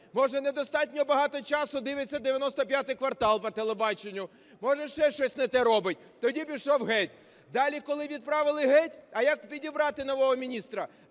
може, недостатньо багато часу дивиться "95 квартал" по телебаченню, може, ще щось не те робить, тоді пішов геть. Далі, коли відправили геть, а як підібрати нового міністра?